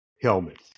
helmet